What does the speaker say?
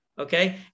Okay